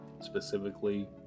specifically